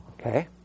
Okay